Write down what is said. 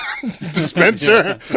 dispenser